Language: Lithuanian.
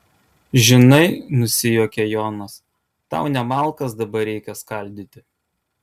žinai nusijuokia jonas tau ne malkas dabar reikia skaldyti